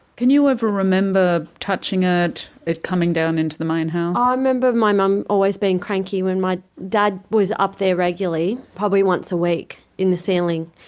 can you ever remember touching it, it coming down into the main house? i ah remember my mum always being cranky when my dad was up there regularly, probably once a week in the ceiling,